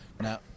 now